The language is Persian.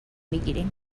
میگیرم